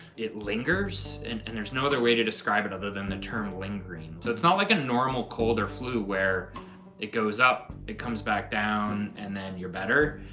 it lingers and and there's no other way to describe it other than the term lingering. so it's not like a normal cold or flu where it goes up, it comes back down and then you're better.